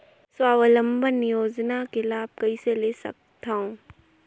स्वावलंबन योजना के लाभ कइसे ले सकथव?